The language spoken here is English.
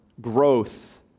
growth